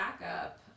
backup